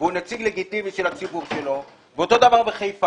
והוא נציג לגיטימי של הציבור שלו ואותו דבר בחיפה.